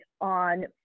on